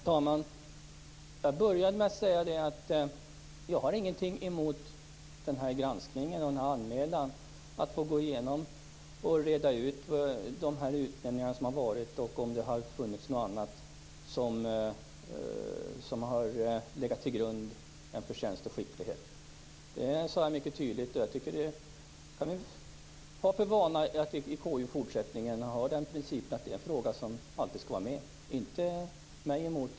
Herr talman! Jag började med att säga att jag inte har någonting emot denna granskning och anmälan. Jag har ingenting emot att man går igenom och reder ut de utnämningar som har gjorts för att se om det har varit någonting annat än förtjänst och skicklighet som har legat till grund. Det kan vi ha för vana att granska i KU i fortsättningen och vi kan ha som princip att den frågan alltid skall vara med, inte mig emot.